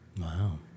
Wow